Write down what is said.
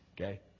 Okay